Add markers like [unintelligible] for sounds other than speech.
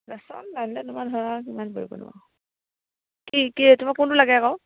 বাচন [unintelligible] তোমাৰ ধৰা কিমান পৰিব [unintelligible] কি কি তোমাৰ কোনটো লাগে আকৌ